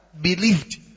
Believed